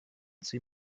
sie